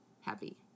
happy